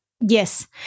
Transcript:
Yes